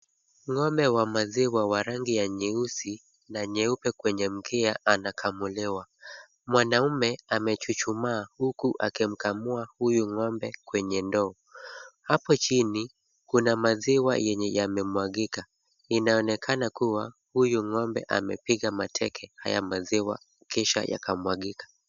Ng'ombe wa maziwa wa rangi ya nyeusi na nyeupe kwenye mkia anakamuliwa. Mwanaume amechuchumaa huku akimkamua huyu ng'ombe kwenye ndoo. Hapo chini, kuna maziwa yenye yamemwagika. Inaonekana kuwa huyu ng'ombe amepiga mateke haya maziwa kisha yakamwagika.